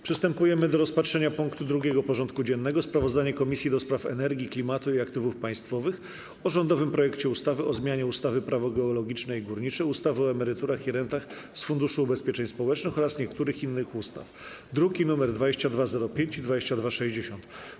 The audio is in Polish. Przystępujemy do rozpatrzenia punktu 2. porządku dziennego: Sprawozdanie Komisji do Spraw Energii, Klimatu i Aktywów Państwowych o rządowym projekcie ustawy o zmianie ustawy - Prawo geologiczne i górnicze, ustawy o emeryturach i rentach z Funduszu Ubezpieczeń Społecznych oraz niektórych innych ustaw (druki nr 2205 i 2260)